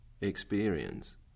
experience